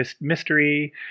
mystery